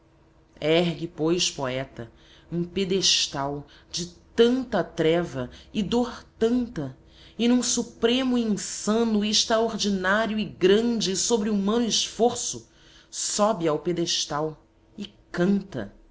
ergue pois poeta um pedestal de tanta treva e dor tanta e num supremo e insano e extraordinário e grande e sobre humano esforço sobre ao pedestal e canta